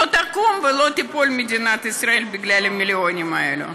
לא תקום ולא תיפול מדינת ישראל בגלל המיליונים האלה,